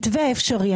מתווה אפשרי.